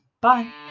Bye